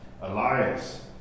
Elias